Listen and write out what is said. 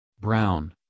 Brown